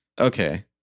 Okay